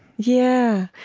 yeah.